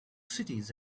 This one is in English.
cities